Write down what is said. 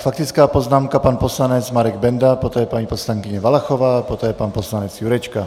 Faktická poznámka pan poslanec Marek Benda, poté paní poslankyně Valachová, poté pan poslanec Jurečka.